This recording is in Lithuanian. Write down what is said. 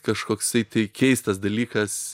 kažkoksai tai keistas dalykas